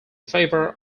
favor